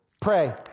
pray